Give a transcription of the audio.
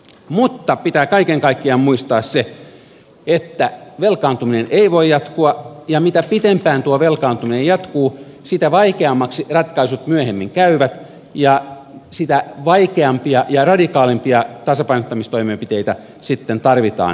mutta pitää kaiken kaikkiaan muistaa se että velkaantuminen ei voi jatkua ja mitä pitempään tuo velkaantuminen jatkuu sitä vaikeammaksi ratkaisut myöhemmin käyvät ja sitä vaikeampia ja radikaalimpia tasapainottamistoimenpiteitä sitten tarvitaan myöhemmin